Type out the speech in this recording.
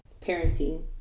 Parenting